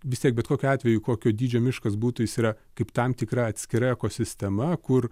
vis tiek bet kokiu atveju kokio dydžio miškas būtų jis yra kaip tam tikra atskira ekosistema kur